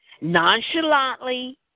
nonchalantly